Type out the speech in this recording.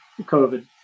COVID